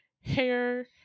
hair